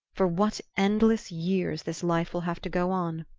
for what endless years this life will have to go on!